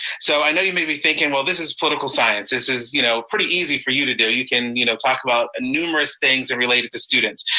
so i know you may be thinking, well, this is political science, this is you know pretty easy for you to do, you can you know talk about numerous things and relate it to students.